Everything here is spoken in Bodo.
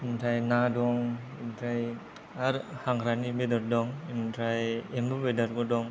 ओमफ्राय ना दं ओमफ्राय आरो हाग्रानि बेदर दं ओमफ्राय एमबु बेदरबो दं